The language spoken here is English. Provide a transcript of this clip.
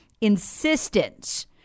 insistence